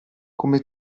come